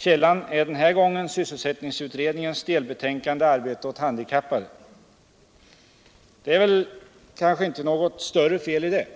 Källan är den här gängen sysselsättningsutredningens delbetänkande Arbete ät handikappade. Det är väl inte något större feli det.